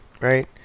right